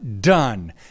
done